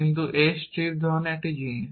কিন্তু এই স্ট্রিপ ধরনের একটি জিনিস